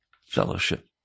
fellowship